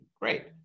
Great